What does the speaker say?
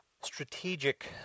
strategic